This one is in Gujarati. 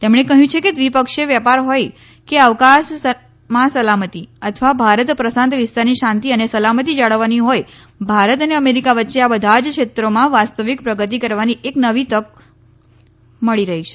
તેમણે કહ્યું છે કે દ્વિપક્ષીય વેપાર હોય કે અવકાશમાં સલામતી અથવા ભારત પ્રશાંત વિસ્તારની શાંતિ અને સલામતી જાળવવાની હોય ભારત અને અમેરીકા વચ્ચે આ બધા જ ક્ષેત્રોમાં વાસ્તવિક પ્રગતિ કરવાની એક નવી તક મળી રહી છે